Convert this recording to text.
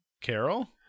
carol